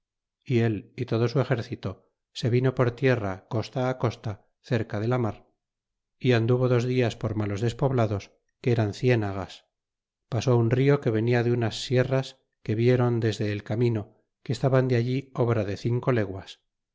y él y todo su exército se vino por tierra costa costa cerca de la mar y anduvo dos dias por malos despoblados que eran ciellagas pasó un rio que venia de unas sierras que viéron desele el camino que estaban de alli obra de cinco leguas